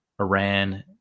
Iran